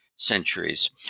centuries